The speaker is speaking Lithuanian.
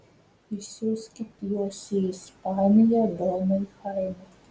išsiųskit juos į ispaniją donai chaime